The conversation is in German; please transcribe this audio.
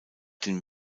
den